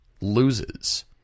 loses